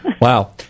wow